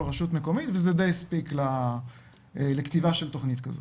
רשות מקומית וזה די הספיק לכתיבה של תכנית כזאת.